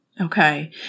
Okay